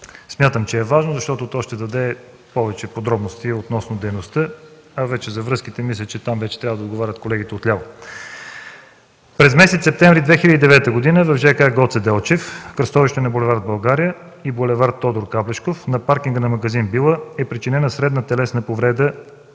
Смятам, че е важно, защото то ще даде повече подробности относно дейността. За връзките мисля, че трябва да отговарят колегите отляво. През месец септември 2009 г. в жк „Гоце Делчев” – кръстовището на бул. „България” и бул. „Тодор Каблешков”, на паркинга на магазин „Била” е причинена средна телесна повреда